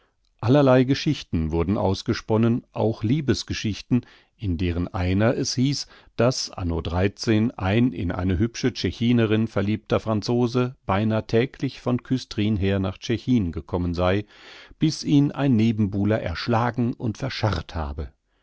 allerlei geschichten wurden ausgesponnen auch liebesgeschichten in deren einer es hieß daß anno ein in eine hübsche tschechinerin verliebter franzose beinah täglich von küstrin her nach tschechin gekommen sei bis ihn ein nebenbuhler erschlagen und verscharrt habe